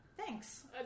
thanks